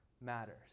matters